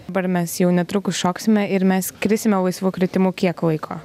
dabar mes jau netrukus šoksime ir mes skrisime laisvu kritimu kiek laiko